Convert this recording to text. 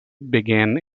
began